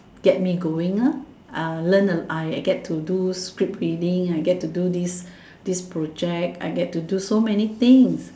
get me going ah uh learn uh I I get to do script reading I get to do this this project I get to do so many things